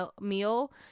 meal